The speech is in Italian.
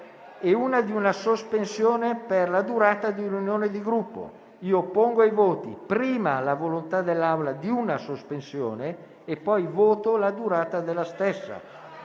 e una di una sospensione per la durata di una riunione di Gruppo. Pongo quindi ai voti prima la volontà dell'Assemblea su una sospensione e poi sulla durata della stessa.